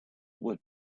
would